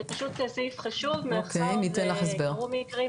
זה סעיף חשוב מאחר שקרו מקרים